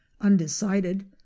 undecided